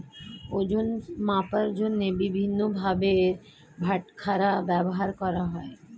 ওজন মাপার জন্য বিভিন্ন ভারের বাটখারা ব্যবহার করা হয়